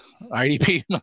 IDP